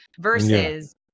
versus